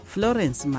Florence